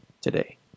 today